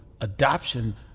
adoption